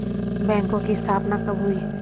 बैंकों की स्थापना कब हुई?